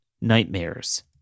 nightmares